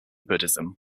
buddhism